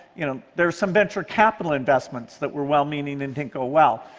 you know there's some venture capital investments that were well-meaning and didn't go well.